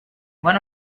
one